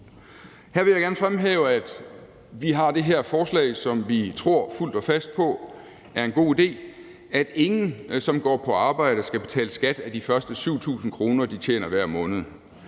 Her vil jeg gerne fremhæve, at vi har det her forslag, som vi tror fuldt og fast på er en god idé, nemlig at ingen, som går på arbejde, skal betale skat af de første 7.000 kr., de tjener hver måned.